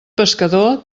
pescador